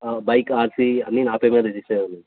bike RC అన్నీ నా పేరు మీద రిజిస్టర్ అయి ఉన్నాయి